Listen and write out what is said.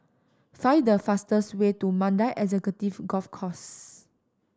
find the fastest way to Mandai Executive Golf Course